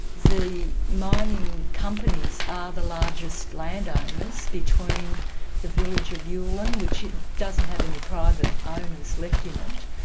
the mining companies are the largest landowners between the village of ulan which doesn't have any private owners left in it,